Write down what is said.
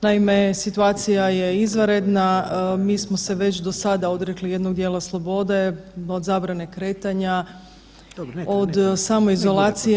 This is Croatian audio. Naime, situacija je izvanredna, mi smo se već do sada odrekli jednog dijela slobode, od zabrane kretanje, od samoizolacije.